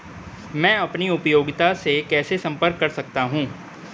मैं अपनी उपयोगिता से कैसे संपर्क कर सकता हूँ?